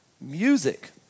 Music